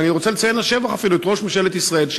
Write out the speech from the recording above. ואני רוצה לציין לשבח אפילו את ראש ממשלת ישראל,